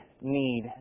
need